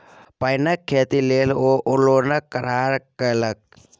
पानक खेती लेल ओ लोनक करार करेलकै